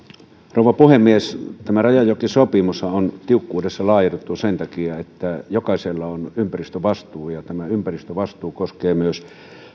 rouva puhemies tämä rajajokisopimushan on tiukkuudessaan laadittu sen takia että jokaisella on ympäristövastuu ja tämä ympäristövastuu koskee myös